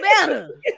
better